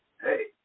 Hey